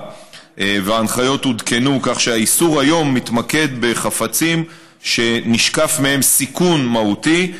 וההנחיות עודכנו כך שהאיסור היום מתמקד בחפצים שנשקף מהם סיכון מהותי.